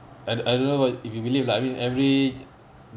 I I don't know about if you believe lah I mean every